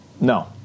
no